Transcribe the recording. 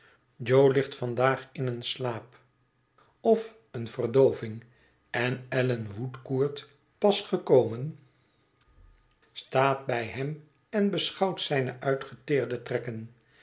jo ligt vandaag in een slaap of eene verdoving en allan woodcourt pas gekomen staat bij hem en beschouwt zijne uitgeteerde trekken